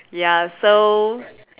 ya so